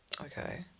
Okay